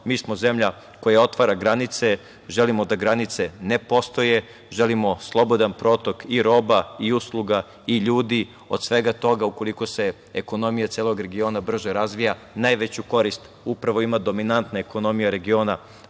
smo zemlja koja otvara granice, želimo da granice ne postoje, želimo slobodan protok i roba i usluga i ljudi. Od svega toga, ukoliko se ekonomija celog regiona brže razvija, najveću korist upravo ima dominantna ekonomija regiona,